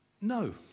No